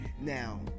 Now